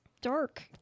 dark